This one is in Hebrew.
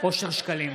אושר שקלים,